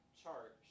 chart